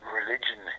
religion